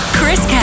Chris